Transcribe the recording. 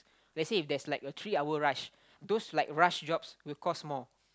let's say if there's like a three hour rush those like rush jobs will cost more